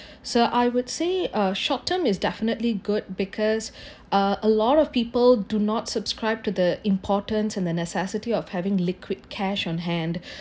so I would say uh short term is definitely good because uh a lot of people do not subscribe to the important and the necessity of having liquid cash on hand